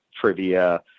trivia